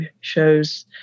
shows